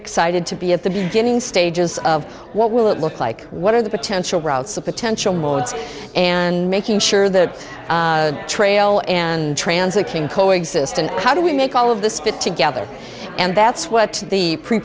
excited to be at the beginning stages of what will it look like what are the potential routes the potential modes and making sure the trail and transit king co exist and how do we make all of this fit together and that's what the